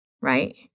right